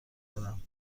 دارم